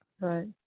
Right